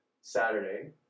Saturday